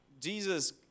Jesus